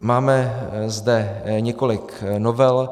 Máme zde několik novel.